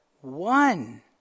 one